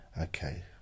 okay